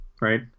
right